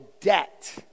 debt